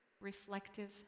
reflective